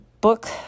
book